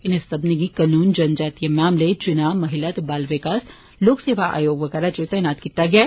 इनें सब्मनें गी कनून जनजातिएं मामले चुनां महिला ते बाल विकास लोक सेवा आयोग बगैरा इच तैनात कीता गेआ ऐ